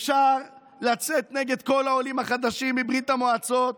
אפשר לצאת נגד כל העולים החדשים מברית המועצות,